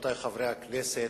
רבותי חברי הכנסת,